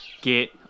Get